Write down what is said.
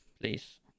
please